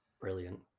Brilliant